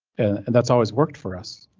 and that's always worked for us,